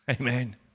Amen